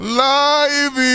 life